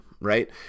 right